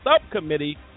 subcommittee